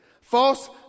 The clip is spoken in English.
false